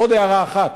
עוד הערה אחת: